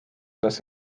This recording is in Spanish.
las